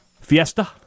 fiesta